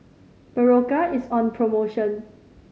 berocca is on promotion